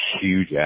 huge